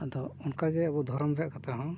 ᱟᱫᱚ ᱚᱱᱠᱟ ᱜᱮ ᱟᱵᱚ ᱫᱷᱚᱨᱚᱢ ᱨᱮᱭᱟᱜ ᱠᱟᱛᱷᱟ ᱦᱚᱸ